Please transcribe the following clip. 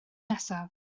nesaf